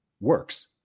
works